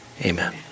Amen